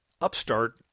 upstart